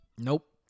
Nope